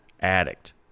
addict